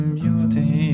beauty